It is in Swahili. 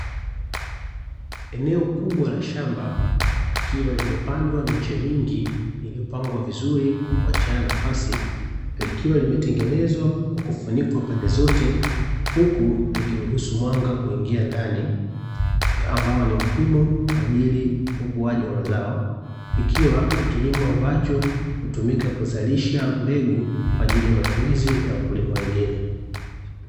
Eneo kubwa la shamba likiwa limepandwa miche mingi iliyopangwa vizuri kwa kuachiana nafasi, likiwa limetengenezwa kwa kufunikwa pande zote, huku likiruhusu mwanga kuingia ndani ambao ni muhimu kwaajili ya ukuaji wa mazao, ikiwa ni kilimo ambacho hutumika kuzalisha mbegu kwaajili ya matumizi ya wakulima wengine.